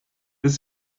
bis